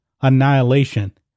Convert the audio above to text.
annihilation